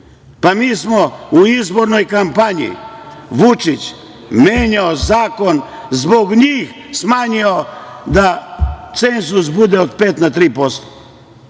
Pa, mi smo izbornoj kampanji, Vučić menjao zakon, zbog njih, smanjio cenzus da bude od 5% na 3%,